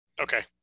Okay